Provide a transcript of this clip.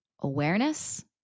awareness